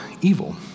evil